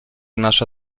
nasza